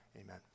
amen